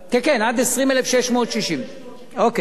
כן כן, עד 20,660. 20,670. אוקיי.